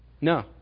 No